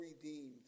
redeemed